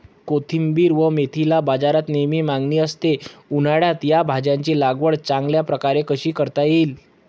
कोथिंबिर व मेथीला बाजारात नेहमी मागणी असते, उन्हाळ्यात या भाज्यांची लागवड चांगल्या प्रकारे कशी करता येईल?